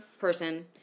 person